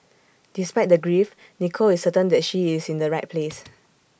despite the grief Nicole is certain that she is in the right place